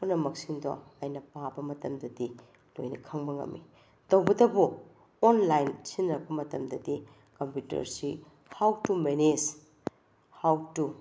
ꯄꯨꯝꯅꯃꯛꯁꯤꯡꯗꯣ ꯑꯩꯅ ꯄꯥꯕ ꯃꯇꯝꯗꯗꯤ ꯂꯣꯏꯅ ꯈꯪꯕ ꯉꯝꯃꯤ ꯇꯧꯕꯇꯕꯨ ꯑꯣꯟꯂꯥꯏꯟ ꯁꯤꯖꯤꯟꯅꯔꯛꯄ ꯃꯇꯝꯗꯗꯤ ꯀꯝꯄ꯭ꯌꯨꯇ꯭ꯔꯁꯤ how to manage how two